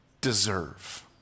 deserve